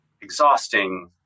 Exhausting